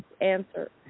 Answer